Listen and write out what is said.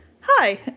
Hi